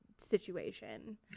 situation